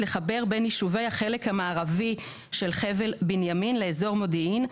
לחבר בין יישובי החלק המערבי של חבל בנימין לאזור מודיעין,